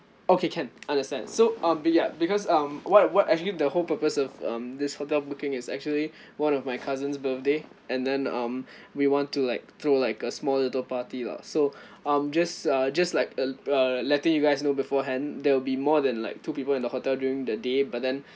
okay can understand so uh be~ um because um what what actually the whole purpose of um this hotel booking is actually one of my cousin's birthday and then um we want to like throw like a small little party lah so I'm just uh just like err err letting you guys know beforehand there will be more than like two people in the hotel during the day but then